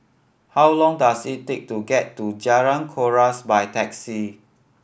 how long does it take to get to Jalan Kuras by taxi